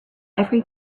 every